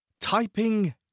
Typing